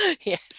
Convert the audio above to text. Yes